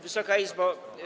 Wysoka Izbo!